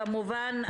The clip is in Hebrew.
כמובן,